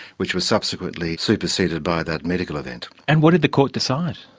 which was subsequently superseded by that medical event. and what did the court decide?